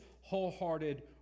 wholehearted